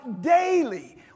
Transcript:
daily